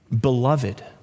beloved